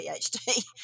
PhD